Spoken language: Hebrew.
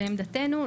לעמדתנו,